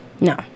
No